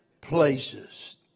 places